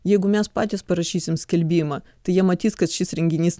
jeigu mes patys parašysim skelbimą tai jie matys kad šis renginys